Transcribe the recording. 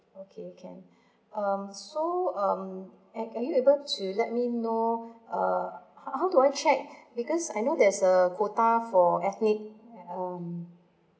okay can um so um are are you able to let me know uh how how do I check because I know there's a quota for ethnic um